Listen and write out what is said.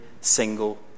single